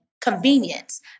convenience